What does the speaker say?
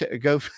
go